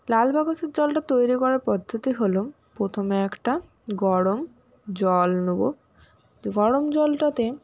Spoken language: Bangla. লাল বাকসের জলটা তৈরি করার পদ্ধতি হলো প্রথমে একটা গরম জল নোবো গরম জলটাতে